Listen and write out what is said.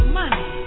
money